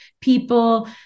people